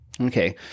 Okay